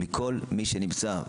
מכל מי שנמצא,